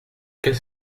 qu’est